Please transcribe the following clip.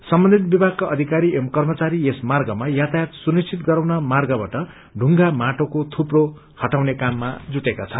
सम्बन्धित विभागका अविकारी एवं कर्मचारी यस मार्गमा यातायात सुनिश्चित गराउन मार्गबाट ढुंगा माटोको थुप्रो हटाउने काममा जुटेका छन्